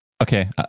okay